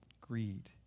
Greed